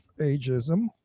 ageism